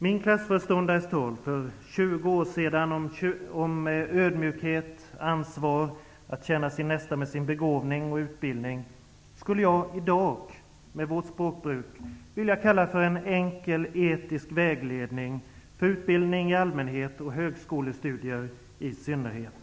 Min klassföreståndares tal för 20 år sedan om ödmjukhet, ansvar och detta med att tjäna sin nästa med sin begåvning och utbildning skulle jag i dag med vårt språkbruk vilja kalla för en enkel, etisk vägledning beträffande utbildning i allmänhet och högskolestudier i synnerhet.